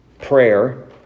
prayer